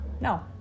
No